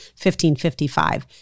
1555